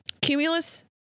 Cumulus